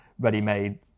ready-made